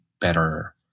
better